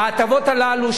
ההטבות הללו,